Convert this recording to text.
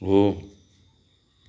हो